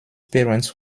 parents